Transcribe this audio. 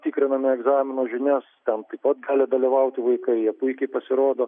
tikriname egzamino žinias ten taip pat gali dalyvauti vaikai jie puikiai pasirodo